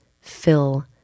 fill